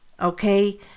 okay